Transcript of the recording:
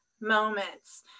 moments